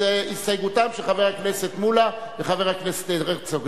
אז הסתייגויותיהם של חבר הכנסת מולה וחבר הכנסת הרצוג,